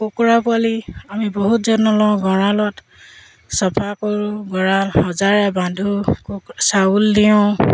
কুকুৰা পোৱালি আমি বহুত যত্ন লওঁ গড়ালত চফা কৰোঁ গড়াল সজাৰে বান্ধোঁ চাউল দিওঁ